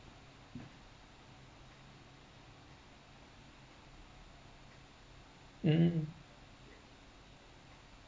mm